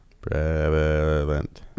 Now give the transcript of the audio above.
prevalent